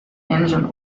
engine